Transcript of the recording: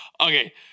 okay